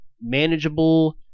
manageable